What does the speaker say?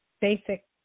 basic